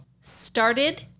started